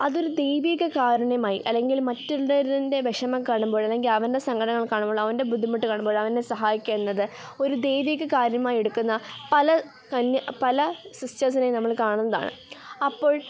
അതൊരു ദൈവീക കാരുണ്യമായി അല്ലെങ്കിൽ മറ്റെന്തെരിൻ്റെ വിഷമം കാണുമ്പോഴാണെങ്കിൽ അവൻ്റെ സങ്കടങ്ങൾ കാണുമ്പോൾ അവൻ്റെ ബുദ്ധിമുട്ട് കാണുമ്പോൾ അവനെ സഹായിക്കുന്നത് ഒരു ദൈവീക കാര്യമായി എടുക്കുന്ന പല കന്യാ പല സിസ്റ്റേഴ്സിനെയും നമ്മൾ കാണുന്നതാണ് അപ്പോൾ